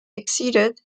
exceeded